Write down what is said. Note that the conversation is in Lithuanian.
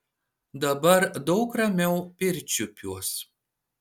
dabar daug ramiau pirčiupiuos